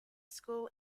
school